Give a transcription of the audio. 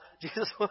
Jesus